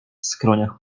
skroniach